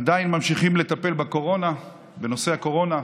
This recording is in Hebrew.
עדיין ממשיכים לטפל בקורונה, בנושא הקורונה.